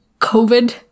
COVID